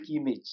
image